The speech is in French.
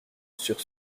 sur